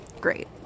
Great